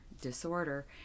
disorder